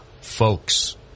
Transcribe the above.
folks